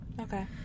Okay